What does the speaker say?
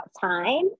time